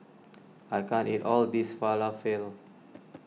I can't eat all this Falafel